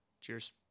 Cheers